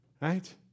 Right